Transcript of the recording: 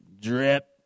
drip